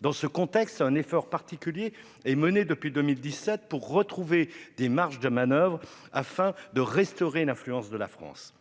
Dans ce contexte, un effort particulier est mené depuis 2017 pour retrouver des marges de manoeuvre et restaurer l'influence de la France.